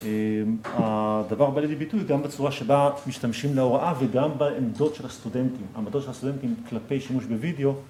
הדבר בא לידי ביטוי גם בצורה שבה משתמשים להוראה וגם בעמדות של הסטודנטים, עמדות של הסטודנטים כלפי שימוש בווידאו